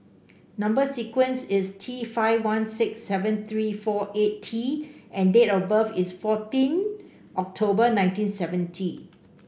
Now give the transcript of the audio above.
number sequence is T five one six seven three four eight T and date of birth is fourteen October nineteen seventy